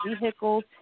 vehicles